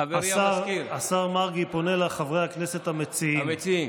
חברי המזכיר, השר מרגי פונה לחברי הכנסת המציעים.